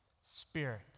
spirit